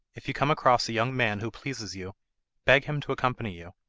if you come across a young man who pleases you beg him to accompany you,